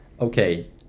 okay